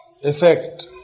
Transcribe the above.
effect